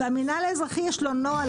למנהל האזרחי יש נוהל,